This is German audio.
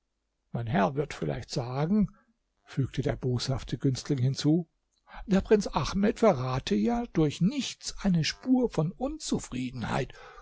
mein herr wird vielleicht sagen fügte der boshafte günstling hinzu der prinz ahmed verrate ja durch nichts eine spur von unzufriedenheit